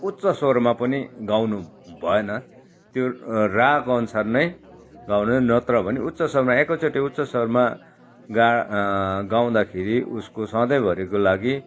उच्च स्वरमा पनि गाउनु भएन त्यो राग अनुसार नै गाउन नत्र भने उच्च स्वरमा एकैचोटी उच्च स्वरमा गा गाउदाखेरि उसको सधैँ भरीको लागि